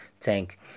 thank